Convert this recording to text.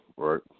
Right